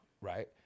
right